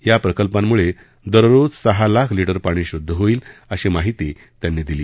या प्रकल्पांमुळे दररोज सहा लाख लिटर पाणी शुद्ध होईल अशी माहिती त्यांनी दिली